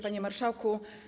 Panie Marszałku!